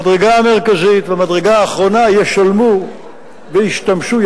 המדרגה המרכזית והמדרגה האחרונה ישלמו וישתמשו,